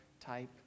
type